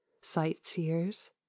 sightseers